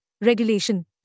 Regulation